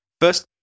First